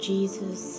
Jesus